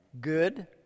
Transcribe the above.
good